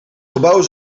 gebouw